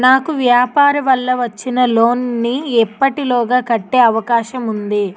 నాకు వ్యాపార వల్ల వచ్చిన లోన్ నీ ఎప్పటిలోగా కట్టే అవకాశం ఉంది?